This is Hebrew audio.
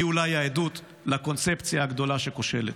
היא אולי העדות לקונספציה הגדולה שכושלת.